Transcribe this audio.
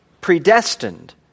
predestined